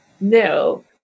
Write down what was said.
no